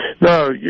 No